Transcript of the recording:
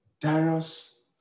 Darius